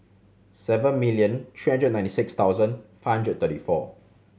seven million three hundred and ninety six thousand five hundred thirty four